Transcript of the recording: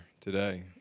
today